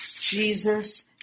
Jesus